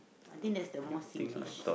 I think that's the more Singlish